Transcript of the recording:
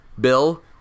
Bill